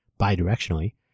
bidirectionally